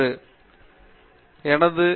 பேராசிரியர் பிரதாப் ஹரிதாஸ் சரி